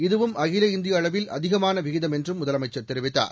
இதுவும் அகில இந்திய அளவில் அதிகமான விகிதம் என்றும் முதலமைச்சர் தெரிவித்தார்